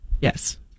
yes